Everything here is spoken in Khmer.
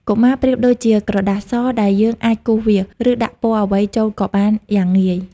កុមារប្រៀបដូចជាក្រដាសស ដែលយើងអាចគូសវាស ឬដាក់ពណ៌អ្វីចូលក៏បានយ៉ាងងាយ។